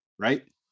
Right